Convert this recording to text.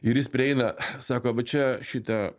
ir jis prieina sako va čia šita